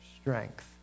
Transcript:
strength